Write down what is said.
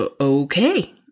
okay